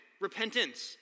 repentance